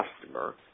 customer